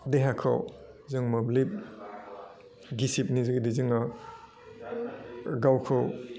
देहाखौ जों मोब्लिब गिसिबनि जोगिदे जोङो गावखौ